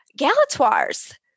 Galatoire's